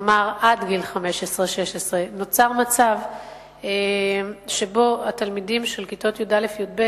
כלומר עד גיל 15 16. נוצר מצב שבו התלמידים של כיתות י"א י"ב,